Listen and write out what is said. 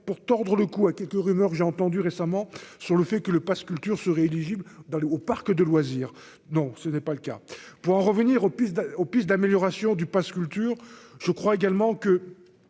pour tordre le cou à quelques rumeurs, j'ai entendu récemment sur le fait que le Pass culture ce rééligible dans le au parc de loisirs, non ce n'est pas le cas pour en revenir aux puces aux pistes d'amélioration du Pass culture je crois également que